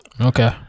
Okay